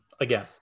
Again